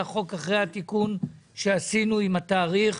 החוק אחרי התיקון שעשינו עם התאריך.